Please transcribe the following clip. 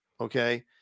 okay